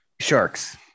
Sharks